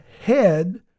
head